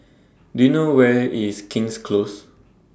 Do YOU know Where IS King's Close